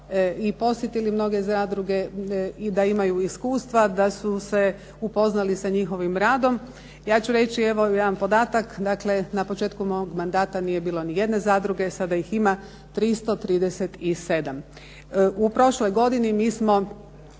i posjetili mnoge zadruge i da imaju iskustva da su se upoznali sa njihovim radom. Ja ću reći evo jedan podatak. Dakle, na početku mog mandata nije bilo ni jedne zadruge. Sad ih ima 337. U prošloj godini mi smo